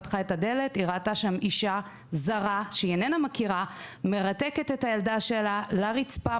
פתחה את הדלת וראתה שם אישה זרה מרתקת את הילדה שלה לרצפה,